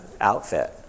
outfit